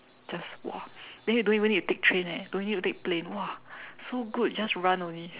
just !wah! then you don't even need to take train eh don't even need to take plane !wah! so good just run only